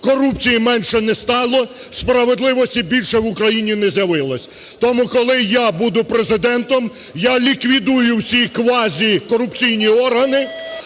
корупції менше не стало, справедливості більше в Україні не з'явилось. Тому, коли я буду Президентом, я ліквідую всі квазікорупційні органи,